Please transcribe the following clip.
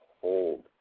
hold